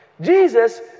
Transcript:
Jesus